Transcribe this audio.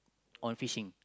on fishing